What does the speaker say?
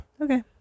Okay